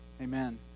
Amen